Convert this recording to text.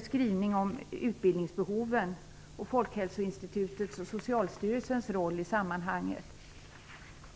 skrivning om utbildningsbehoven och Folkhälsoinstitutets och Socialstyrelsens roll i sammanhanget.